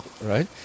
right